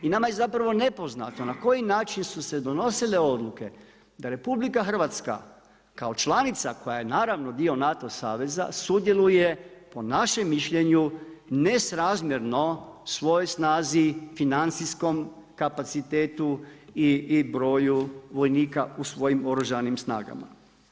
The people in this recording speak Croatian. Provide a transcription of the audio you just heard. I nama je zapravo nepoznato na koji način su se donosile odluke da Republika Hrvatska koja je članica naravno dio NATO saveza sudjeluje po našem mišljenju nesrazmjerno svojoj snazi, financijskom kapacitetu i broju vojnika u svojim oružanim snagama.